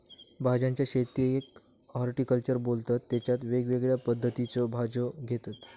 भाज्यांच्या शेतीयेक हॉर्टिकल्चर बोलतत तेच्यात वेगवेगळ्या पद्धतीच्यो भाज्यो घेतत